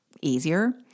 easier